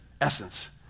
essence